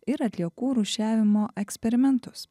ir atliekų rūšiavimo eksperimentus